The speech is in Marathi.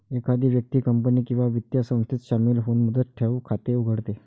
एखादी व्यक्ती कंपनी किंवा वित्तीय संस्थेत शामिल होऊन मुदत ठेव खाते उघडते